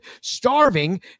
starving